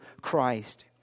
Christ